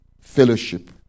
fellowship